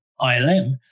ilm